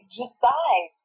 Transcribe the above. decide